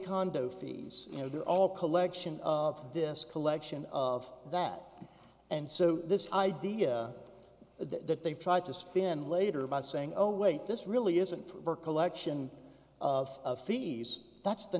condo fees you know they're all collection of this collection of that and so this idea that they've tried to spin later by saying oh wait this really isn't for collection of fees that's the